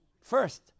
first